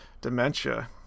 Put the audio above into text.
dementia